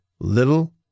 Little